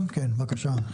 הילר מחברת נקסטקום, בבקשה.